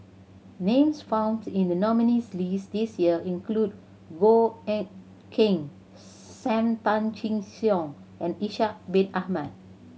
names found in the nominees' list this year include Goh Eck Kheng Sam Tan Chin Siong and Ishak Bin Ahmad